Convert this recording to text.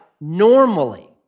normally